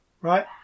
Right